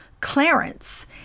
Clarence